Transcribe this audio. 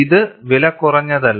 ഇത് വിലകുറഞ്ഞതല്ല